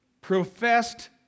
professed